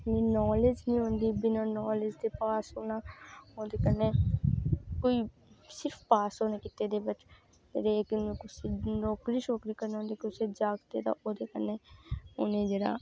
knowledge निं औंदी बिना नॉलेज़ दे पास होना ओह्दे कन्नै कोई सिर्फ पास होने दी ते कुसै नौकरी करनी जागतै ते ओह्दे कन्नै उ'नेंगी जेह्ड़ा